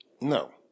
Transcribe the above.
No